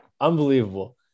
unbelievable